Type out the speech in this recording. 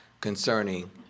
Concerning